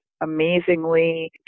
amazingly